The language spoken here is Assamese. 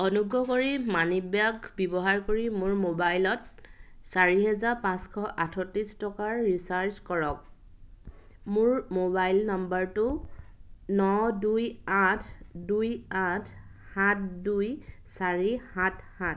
অনুগ্ৰহ কৰি মানিব্যাগ ব্যৱহাৰ কৰি মোৰ মোবাইলত চাৰি হাজাৰ পাঁচশ আঠত্ৰিছৰ ৰিচাৰ্জ কৰক মোৰ মোবাইল নম্বৰটো ন দুই আঠ দুই আঠ সাত দুই চাৰি সাত সাত